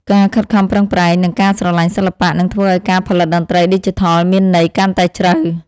ការខិតខំប្រឹងប្រែង និង ការស្រឡាញ់សិល្បៈនឹងធ្វើឱ្យការផលិតតន្ត្រីឌីជីថលមានន័យកាន់តែជ្រៅ។